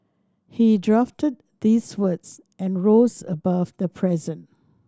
he drafted these words and rose above the present